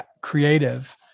creative